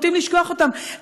נוטים לשכוח אותם.